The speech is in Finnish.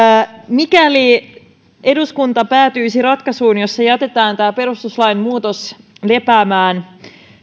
mikäli eduskunta päätyisi ratkaisuun jossa jätetään tämä perustuslain muutos lepäämään